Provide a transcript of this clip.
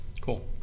cool